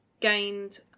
gained